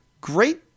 great